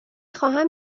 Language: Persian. خواهم